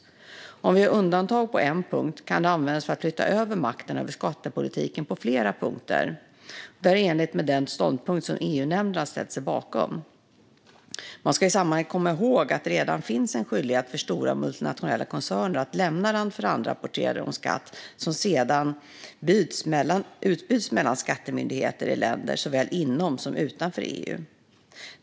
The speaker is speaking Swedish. Om vi gör undantag på en punkt kan det användas för att flytta över makten över skattepolitiken på flera punkter. Detta är i enlighet med den ståndpunkt som EU-nämnden har ställt sig bakom. Man ska i sammanhanget komma ihåg att det redan finns en skyldighet för stora multinationella koncerner att lämna land-för-land-rapporter om skatt som sedan utbyts mellan skattemyndigheter i länder såväl inom som utanför EU.